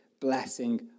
blessing